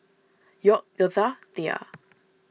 York Girtha Tia